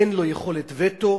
אין לו יכולת וטו,